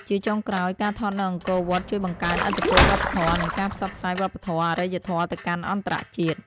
ជាចុងក្រោយ ការថតនៅអង្គរវត្តជួយបង្កើនឥទ្ធិពលវប្បធម៌ និងការផ្សព្វផ្សាយវប្បធម៌ អរិយធម៌ទៅកាន់អន្តរជាតិ។